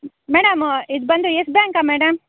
madam ಇದು ಬಂದು Yes ಬ್ಯಾಂಕಾ ಮೇಡಮ್